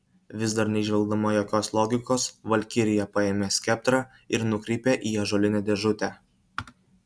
vis dar neįžvelgdama jokios logikos valkirija paėmė skeptrą ir nukreipė į ąžuolinę dėžutę